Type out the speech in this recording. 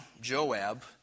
Joab